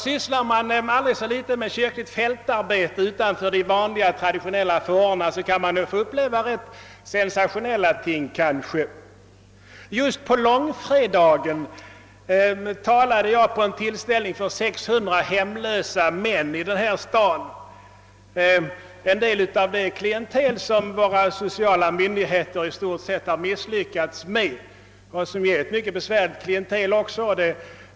Sysslar man aldrig så litet med kyrkligt fältarbete utanför de traditionella formerna kan man få uppleva ganska överraskande ting. Just på långfredagen talade jag på en tillställning för 600 hemlösa män i denna stad — en del av det klientel som våra sociala myndigheter i stort sett har misslyckats med men som föreningen »Hjälp åt hemlösa» tagit sig an.